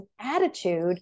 attitude